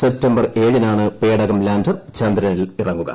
September ഏഴിനാണ് പേടകം lander ചന്ദ്രനിൽ ഇറങ്ങുക